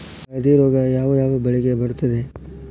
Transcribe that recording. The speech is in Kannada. ಹಳದಿ ರೋಗ ಯಾವ ಯಾವ ಬೆಳೆಗೆ ಬರುತ್ತದೆ?